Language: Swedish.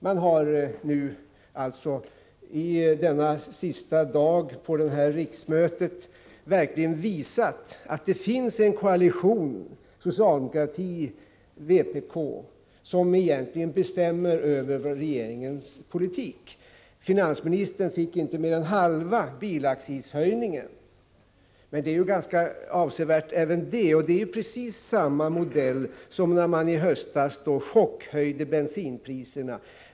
Denna riksmötets sista dag har det verkligen visat sig att det finns en koalition mellan socialdemokratin och vpk som egentligen bestämmer över regeringens politik. Finansministern fick inte mer än halva bilaccishöjningen, vilket även det är en ganska avsevärd höjning. I det här fallet har precis samma modell använts som när man i höstas chockhöjde bensinpriserna.